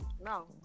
No